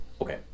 okay